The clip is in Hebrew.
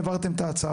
לא העליתם את הדבר הזה.